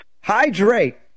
Hydrate